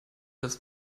das